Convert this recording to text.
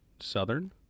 Southern